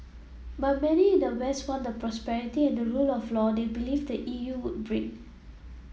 but many in the west want the prosperity and the rule of law they believe the E U would bring